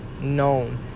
known